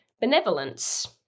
benevolence